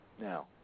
Now